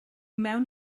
mewn